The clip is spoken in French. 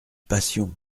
passion